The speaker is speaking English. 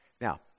Now